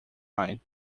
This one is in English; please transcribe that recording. line